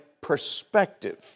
perspective